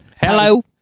hello